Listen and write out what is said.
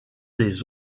des